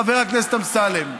חבר הכנסת אמסלם,